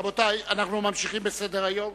רבותי, אנחנו ממשיכים בסדר-היום.